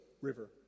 river